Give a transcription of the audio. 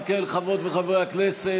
אם כן, חברות וחברי הכנסת,